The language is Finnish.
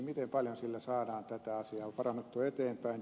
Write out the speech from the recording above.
miten paljon sillä saadaan tätä asiaa parannettua eteenpäin